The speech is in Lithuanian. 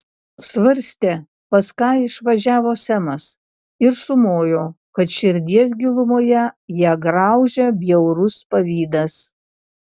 svarstė pas ką išvažiavo semas ir sumojo kad širdies gilumoje ją graužia bjaurus pavydas